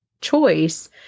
choice